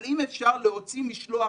אבל אם אפשר להוציא משלוח